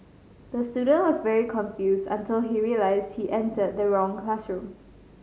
the student was very confused until he realised he entered the wrong classroom